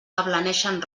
ablaneixen